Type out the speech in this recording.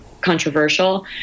controversial